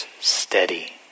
steady